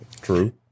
true